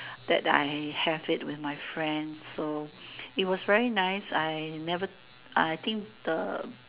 that I have it with my friend so it was very nice I never I think the